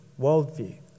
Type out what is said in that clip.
worldview